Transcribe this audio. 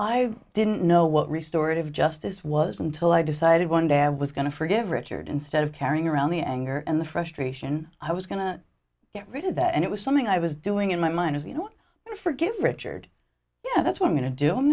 i didn't know what restored of justice was until i decided one day i was going to forgive richard instead of carrying around the anger and the frustration i was going to get rid of that and it was something i was doing in my mind is you know i forgive richard yeah that's what i'm going to do